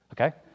Okay